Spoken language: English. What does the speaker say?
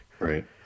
right